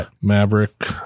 Maverick